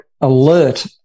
alert